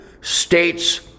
States